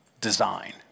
design